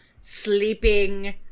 sleeping